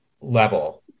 level